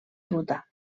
ruta